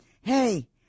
hey